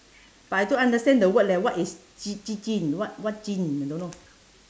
but I don't understand the word leh what is ji ji jin what what jin I don't know